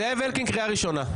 זאב אלקין קריאה ראשונה.